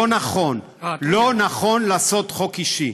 לא נכון, לא נכון לעשות חוק אישי.